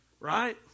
right